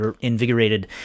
invigorated